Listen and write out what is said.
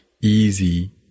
easy